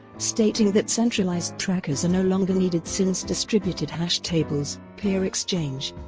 stating that centralised trackers are no longer needed since distributed hash tables, peer exchange,